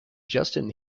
justin